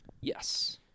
Yes